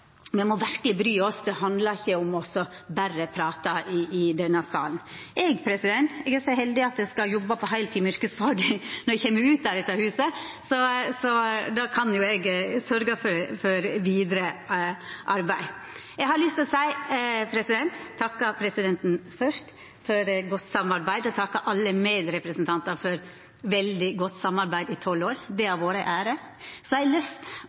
verkeleg bry oss, det handlar ikkje om å berre prata i denne salen. Eg er så heldig at eg skal jobba på heiltid med yrkesfag når eg kjem ut av dette huset, så da kan jo eg sørgja for vidare arbeid. Eg har først lyst til å takka presidenten for godt samarbeid, og takka alle medrepresentantar for veldig godt samarbeid i tolv år. Det har vore ei ære. Så har eg lyst